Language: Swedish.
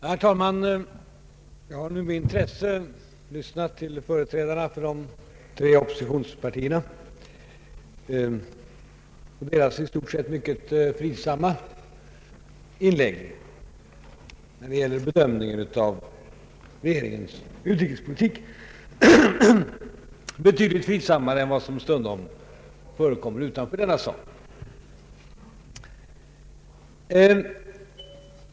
Herr talman! Jag har med intresse lyssnat till företrädarna för de tre oppositionspartierna och deras i stort sett mycket fridsamma inlägg när det gäller bedömningen av regeringens utrikespolitik — betydligt fridsammare än de meningsyttringar som stundom förekommer utanför denna sal.